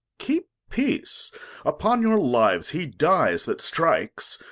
keep peace upon your lives, he dies that strikes.